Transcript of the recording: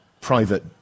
private